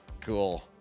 cool